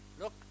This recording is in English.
look